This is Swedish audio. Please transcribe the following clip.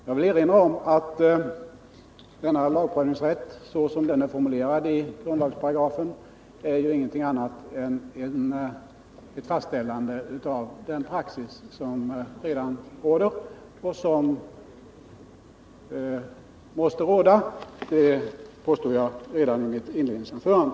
Jag vill erinra om att denna lagprövningsrätt, såsom den är formulerad i grundlagsparagrafen, inte är något annat än ett fastställande av den praxis som redan råder och som måste råda — det framhöll jag redan i mitt inledningsanförande.